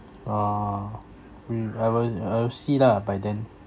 uh wi~ I will I will see lah by then